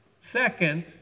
Second